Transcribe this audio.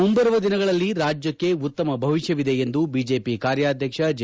ಮುಂಬರುವ ದಿನಗಳಲ್ಲಿ ರಾಜ್ಯಕ್ಷೆ ಉತ್ತಮ ಭವಿಷ್ಯವಿದೆ ಎಂದು ಬಿಜೆಪಿ ಕಾರ್ಯಾಧ್ಯಕ್ಷ ಜೆ